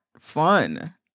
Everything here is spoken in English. fun